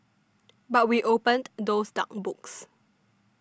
but we opened those dark books